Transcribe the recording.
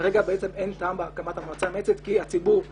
כרגע בעצם אין טעם בהקמת המועצה המייעצת כי דעות